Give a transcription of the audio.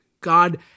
God